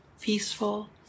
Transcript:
peaceful